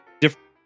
different